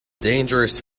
dangerous